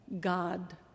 God